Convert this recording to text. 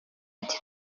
ati